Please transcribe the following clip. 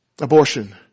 Abortion